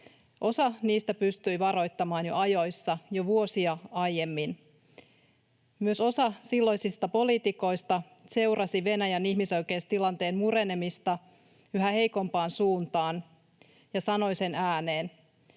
Osa niistä pystyi varoittamaan jo ajoissa, jo vuosia aiemmin. Myös osa silloisista poliitikoista seurasi Venäjän ihmisoikeustilanteen murenemista yhä heikompaan suuntaan ja sanoi sen ääneen,